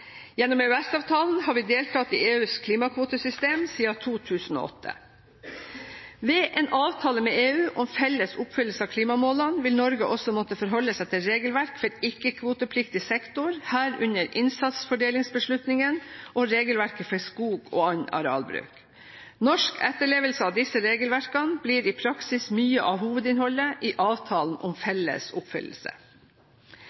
Gjennom EØS-avtalen har vi deltatt i EUs klimakvotesystem siden 2008. Ved en avtale med EU om felles oppfyllelse av klimamålene vil Norge også måtte forholde seg til regelverket for ikke-kvotepliktig sektor, herunder innsatsfordelingsbeslutningen og regelverket for skog og annen arealbruk. Norsk etterlevelse av disse regelverkene blir i praksis mye av hovedinnholdet i avtalen om